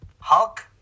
Hulk